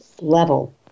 level